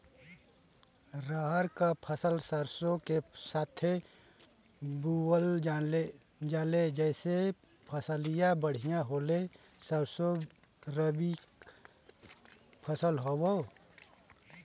रहर क फसल सरसो के साथे बुवल जाले जैसे फसलिया बढ़िया होले सरसो रबीक फसल हवौ